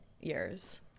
years